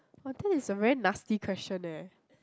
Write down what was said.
but that is a very nasty question eh